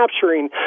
capturing